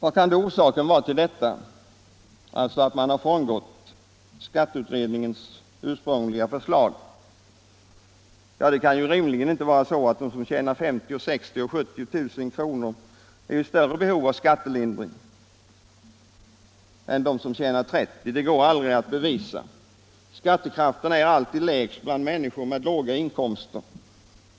Vad kan då orsaken vara till att man har frångått skatteutredningens ursprungliga förslag? Ja, det kan rimligen inte vara så att de som tjänar 50 000, 60 000 eller 70 000 kr. är i större behov av skattelindring än de som tjänar 30 000 kr. Något sådant går det aldrig att bevisa. Skattekraften är alltid lägst bland människor med låga inkomster.